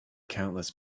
countless